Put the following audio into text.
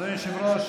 אדוני היושב-ראש,